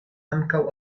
ankaŭ